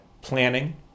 planning